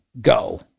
go